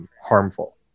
harmful